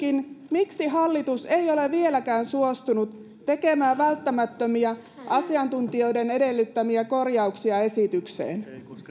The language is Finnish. miksi hallitus ei ole vieläkään suostunut tekemään välttämättömiä asiantuntijoiden edellyttämiä korjauksia esitykseen